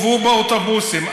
הובאו באוטובוסים.